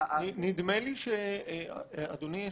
נדמה לי אדוני,